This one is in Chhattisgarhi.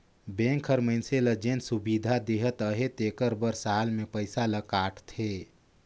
बेंक हर मइनसे ल जेन सुबिधा देहत अहे तेकर बर साल में पइसा ल काटथे